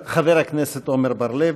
חבר הכנסת עמר בר-לב,